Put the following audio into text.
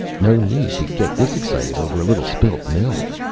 no need to get this excited over a little spilt milk.